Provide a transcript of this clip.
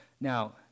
Now